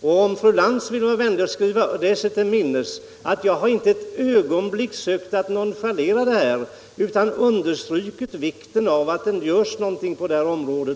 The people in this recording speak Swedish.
Om fru Lantz vill vara vänlig och dra sig till minnes skall hon finna att jag inte ett ögonblick sökt nonchalera den här frågan utan understrukit vikten av att det görs någonting på detta område.